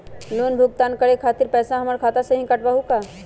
Loan भुगतान करे के खातिर पैसा हमर खाता में से ही काटबहु का?